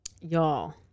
Y'all